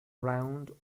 round